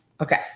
Okay